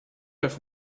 have